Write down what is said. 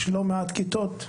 יש לא מעט כיתות.